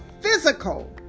physical